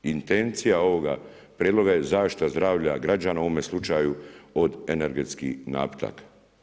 I intencija ovoga prijedloga je zašto zdravlje građana, u ovome slučaju od energetskih napitaka.